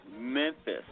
Memphis